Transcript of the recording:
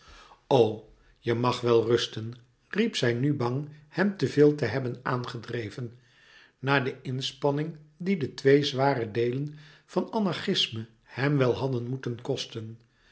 je mag wel rusten riep zij nu bang hem te veel te hebben aangedreven na de inspanning die de twee zware deelen van anarchisme hem wel hadden moeten kosten